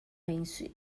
lenço